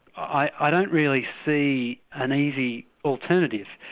i don't really see an easy alternative.